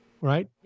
Right